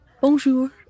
Bonjour